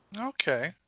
Okay